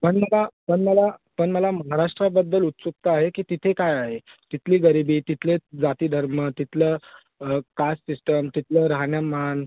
पण मला पण मला पण मला महाराष्ट्राबद्दल उत्सुकता आहे की तिथे काय आहे तिथली गरिबी तिथले जाती धर्म तिथलं कास्ट सिस्टम तिथलं राहणीमान